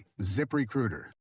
ZipRecruiter